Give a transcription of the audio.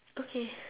okay